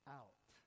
out